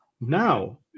Now